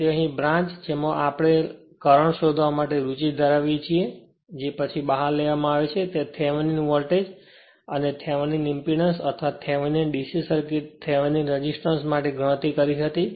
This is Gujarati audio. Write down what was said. તેથી અહીં બ્રાન્ચ જેમાં આપણે કરંટ શોધવા માટે રુચિ ધરાવીએ છીએ જે પછી બહાર લેવામાં આવે છે તે થેવેનિન વોલ્ટેજ અને થેવેનિન ઇંપેડન્સ અથવા થેવેનિનને dc સર્કિટથેવેનિન રેસિસ્ટન્સ માટે ગણતરી કરી હતી